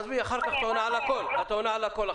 עזבי, אחר כך את עונה על הכול.